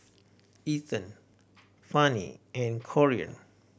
Ethen Fannie and Corean